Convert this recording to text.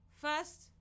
First